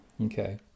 okay